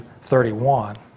31